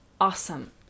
Awesome